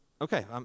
Okay